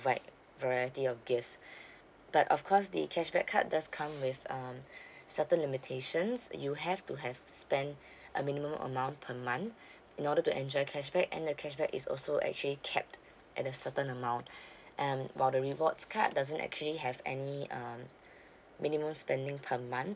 like variety of gifts but of course the cashback card does come with um certain limitations you have to have spent a minimum amount per month in order to enjoy cashback and the cashback is also actually capped at a certain amount and while the rewards card doesn't actually have any um minimum spending per month